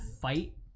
fight